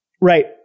right